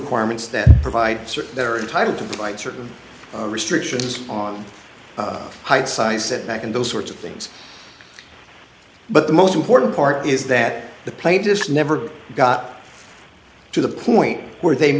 requirements that provide certain they're entitled to like certain restrictions on height size it back and those sorts of things but the most important part is that the plaintiffs never got to the point where they